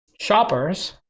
shoppers,